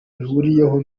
ihuriyeho